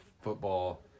football